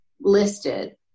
listed